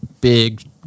big